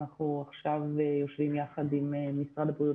אנחנו עכשיו יושבים יחד עם משרד הבריאות